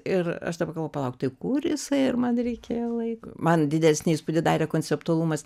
ir aš dabar galvoju palauk kur jisai ir man reikėjo laiko man didesnį įspūdį darė konceptualumas